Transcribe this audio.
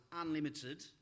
unlimited